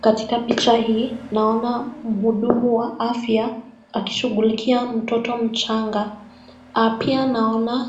Katika picha hii naona muhudumu wa afya akishugulikia mtoto mchanga, pia naona